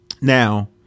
Now